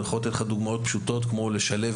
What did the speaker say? אני יכול לתת לך דוגמאות פשוטות כמו לשלב